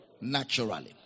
Naturally